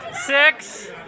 six